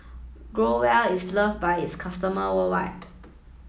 Growell is love by its customer worldwide